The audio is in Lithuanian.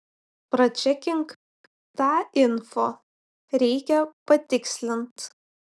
pračekink tą info reikia patikslint